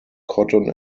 cotton